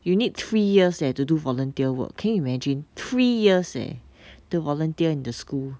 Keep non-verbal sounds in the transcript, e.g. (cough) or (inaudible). you need three years leh to do volunteer work can you imagine three years leh (breath) to volunteer in the school